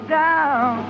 down